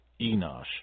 Enosh